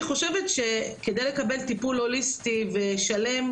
אני חושבת שכדי לקבל טיפול הוליסטי ושלם,